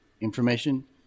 information